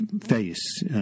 face